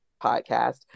podcast